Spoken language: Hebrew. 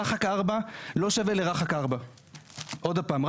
רח"ק 4 לא שווה לרח"ק 4. עוד פעם,